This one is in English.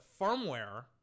firmware